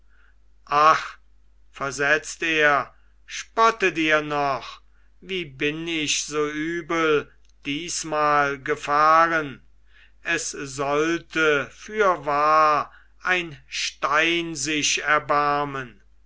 versetzt er spottet ihr noch wie bin ich so übel diesmal gefahren es sollte fürwahr ein stein sich erbarmen